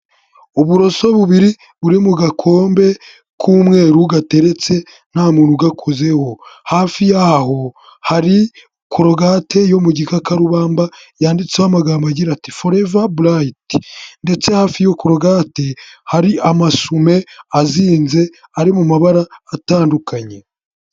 Uburoso bubiri buri mu gakombe k'umweru gateretse nta muntu ugakozeho, hafi yaho hari korogate yo mu gikakarubamba yanditseho amagambo agira ati," forever bright.'' Ndetse hafi y'iyo korogate hari amasume azinze ari mu mabara atandukanye.